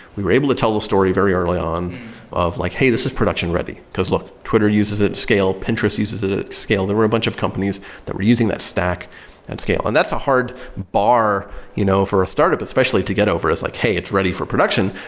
we were able to tell the story very early on of like hey, this is production ready, because look, twitter uses it, scale, pinterest uses it, ah scale. there were a bunch of companies that were using that stack and scale and that's a hard bar you know for a startup, especially to get over is like, hey it's ready for production,